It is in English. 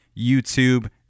YouTube